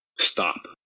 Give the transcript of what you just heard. stop